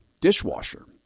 dishwasher